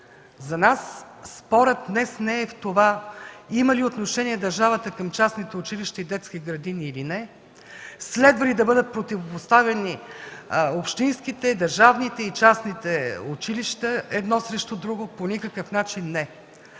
За нас спорът днес не е в това дали държавата има отношение към частните училища и детски градини или не, следва ли да бъдат противопоставяни общинските, държавните и частни училища едно срещу друго. По никакъв начин –